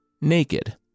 naked